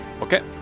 Okay